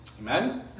Amen